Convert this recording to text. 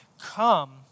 come